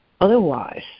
Otherwise